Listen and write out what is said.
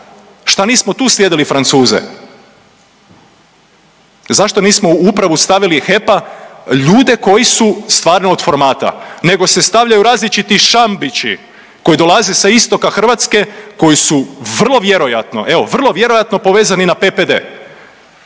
Šta nismo tu slijedili Francuze? Zašto nismo u upravu stavili HEP-a, ljude koji su stvarno od formata nego se stavljaju različiti šampići koji dolaze sa istoka Hrvatske, koji su vrlo vjerojatno, evo, vrlo